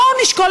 בואו נשקול,